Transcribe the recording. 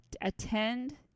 attend